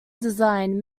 design